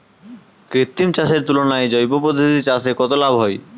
কৃত্রিম চাষের তুলনায় জৈব পদ্ধতিতে চাষে কত লাভ হয়?